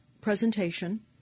presentation